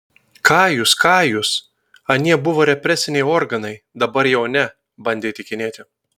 ką jūs ką jūs anie buvo represiniai organai dabar jau ne bandė įtikinėti